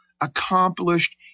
accomplished